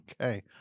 Okay